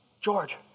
George